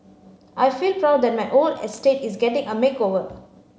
I feel proud that my old estate is getting a makeover